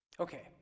Okay